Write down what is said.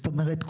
זאת אומרת,